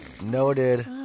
Noted